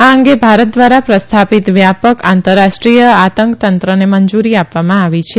આ અંગે ભારત ધ્વારા પ્રસ્થાપિત વ્યાપક આંતરરાષ્ટ્રિય આતંક તંત્રને મંજુરી આપવામાં આવી છે